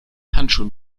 handschuhen